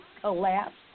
collapse